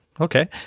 Okay